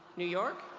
new york.